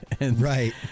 Right